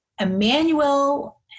Emmanuel